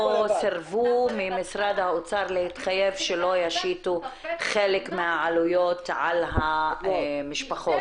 סירבו ממשרד האוצר להתחייב שלא ישיתו חלק מהעלויות על המשפחות,